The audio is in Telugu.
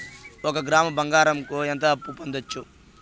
ఒక గ్రాము బంగారంకు ఎంత అప్పు పొందొచ్చు